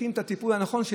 צריכים את הטיפול הנכון.